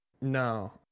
No